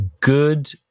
good